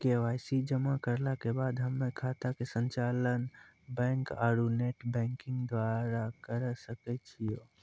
KYC जमा करला के बाद हम्मय खाता के संचालन बैक आरू नेटबैंकिंग द्वारा करे सकय छियै?